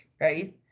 right